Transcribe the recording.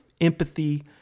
empathy